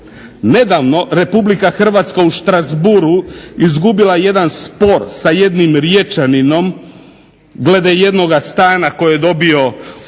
nedavno Republika Hrvatska u Strasbourgu izgubila jedan spor sa jednim Riječaninom glede jednoga stana koji je dobio od JNA.